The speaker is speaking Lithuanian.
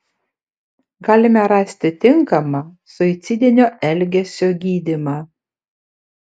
galime rasti tinkamą suicidinio elgesio gydymą